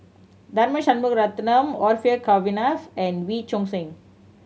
Tharman Shanmugaratnam Orfeur Cavenagh and Wee Choon Seng